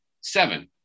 seven